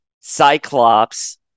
Cyclops